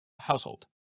household